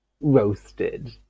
roasted